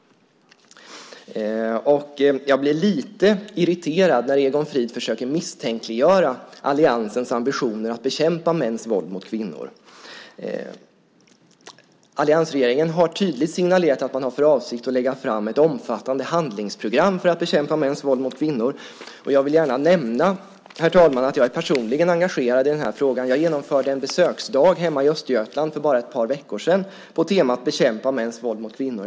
Jag blir lite irriterad när Egon Frid försöker misstänkliggöra alliansens ambitioner att bekämpa mäns våld mot kvinnor. Alliansregeringen har tydligt signalerat att man har för avsikt att lägga fram ett omfattande handlingsprogram för att bekämpa mäns våld mot kvinnor, och jag vill gärna nämna, herr talman, att jag är personligen engagerad i den frågan. Jag genomförde en besöksdag hemma i Östergötland för bara ett par veckor sedan på temat Bekämpa mäns våld mot kvinnor.